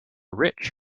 rich